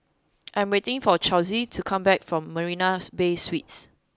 I am waiting for Charlize to come back from Marina's Bay Suites